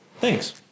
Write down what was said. thanks